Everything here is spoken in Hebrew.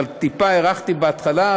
אבל טיפה הארכתי בהתחלה,